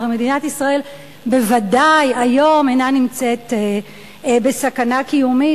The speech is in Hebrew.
הרי מדינת ישראל בוודאי היום אינה נמצאת בסכנה קיומית.